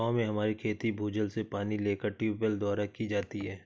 गांव में हमारी खेती भूजल से पानी लेकर ट्यूबवेल द्वारा की जाती है